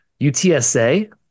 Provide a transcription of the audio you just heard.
UTSA